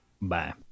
Bye